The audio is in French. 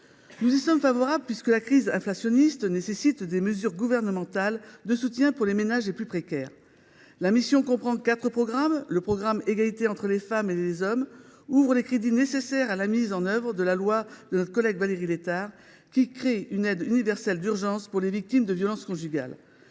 Nous y sommes favorables, puisque la crise inflationniste nécessite des mesures gouvernementales de soutien pour les ménages les plus précaires. La mission comprend quatre programmes. Le programme « Égalité entre les femmes et les hommes » ouvre les crédits nécessaires à la mise en œuvre de la loi du 28 février 2023 créant une aide universelle d’urgence pour les victimes de violences conjugales,